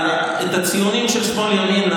הציונים של שמאל ימין,